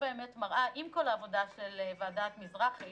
עם כל העבודה של ועדת מזרחי,